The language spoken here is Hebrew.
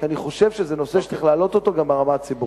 כי אני חושב שזה נושא שצריך להעלות אותו גם ברמה הציבורית.